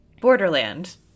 Borderland